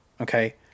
okay